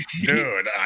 dude